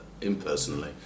impersonally